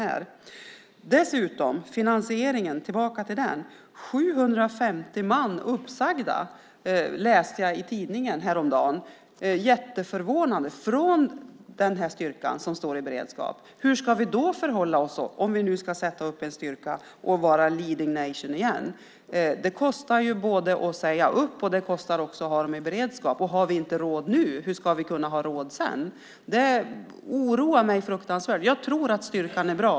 Jag går tillbaka till frågan om finansieringen. Jag läste i tidningen häromdagen att 750 man är uppsagda från styrkan som står i beredskap. Det är jätteförvånande. Hur ska vi då förhålla oss om vi ska sätta upp en styrka och vara leading nation igen? Det kostar att säga upp, och det kostar också att ha dem i beredskap. Om vi inte har råd nu, hur ska vi då kunna ha råd sedan? Det oroar mig fruktansvärt. Jag tror att styrkan är bra.